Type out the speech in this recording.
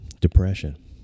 depression